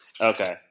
Okay